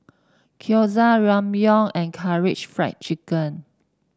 Gyoza Ramyeon and Karaage Fried Chicken